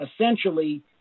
essentially